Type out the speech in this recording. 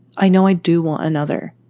i know i do want another.